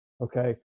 okay